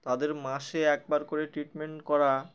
তাদের মাসে একবার করে ট্রিটমেন্ট করা